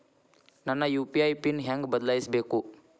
ನನ್ನ UPI PIN ಹೆಂಗ್ ಬದ್ಲಾಯಿಸ್ಬೇಕು?